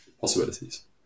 possibilities